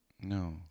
No